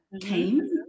came